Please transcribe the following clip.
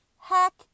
Heck